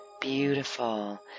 beautiful